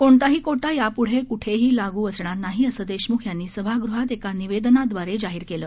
कोणताही कोटा यापुढे कुठेही लागू असणार नाही असं देशमुख यांनी सभागृहात एका निवेदनाद्वारे जाहीर केलं